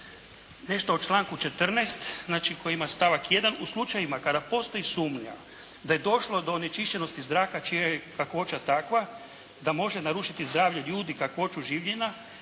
Nešto o članku 14. znači koji ima stavak 1. U slučajevima kada postoji sumnja da je došlo do onečišćenosti zraka čija je kakvoća takva da može narušiti zdravlje ljudi, kakvoću življenja